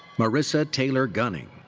marissa taylor gunning.